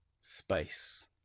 space